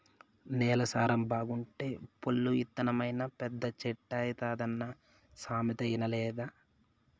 నేల సారం బాగుంటే పొల్లు ఇత్తనమైనా పెద్ద చెట్టైతాదన్న సామెత ఇనలేదా